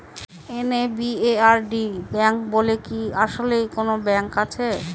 NABARD bank বলে কি আসলেই কোনো ব্যাংক আছে?